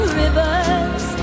rivers